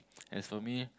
as for me